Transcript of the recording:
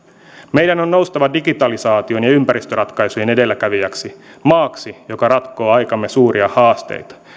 meidän on noustava digitalisaation ja ympäristöratkaisujen edelläkävijäksi maaksi joka ratkoo aikamme suuria haasteita